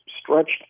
stretched